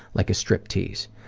like a striptease.